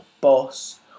boss